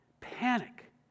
Panic